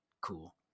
cool